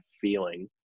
feeling